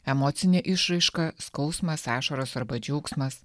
emocinė išraiška skausmas ašaros arba džiaugsmas